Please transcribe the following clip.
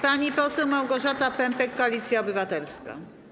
Pani poseł Małgorzata Pępek, Koalicja Obywatelska.